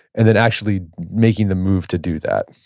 and then actually making the move to do that?